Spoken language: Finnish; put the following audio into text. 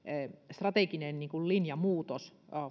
strateginen linjamuutos